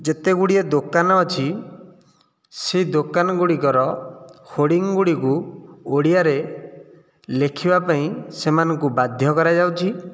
ଯେତେ ଗୁଡ଼ିଏ ଦୋକାନ ଅଛି ସେ ଦୋକାନ ଗୁଡ଼ିକର ହେଡିଙ୍ଗ ଗୁଡ଼ିକୁ ଓଡ଼ିଆରେ ଲେଖିବାପାଇଁ ସେମାନଙ୍କୁ ବାଧ୍ୟ କରାଯାଉଛି